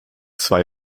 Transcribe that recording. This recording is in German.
zwei